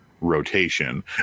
rotation